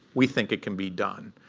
we think it can be done.